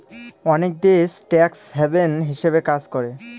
অনেক দেশ tax haven হিসাবে কাজ করে